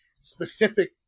specific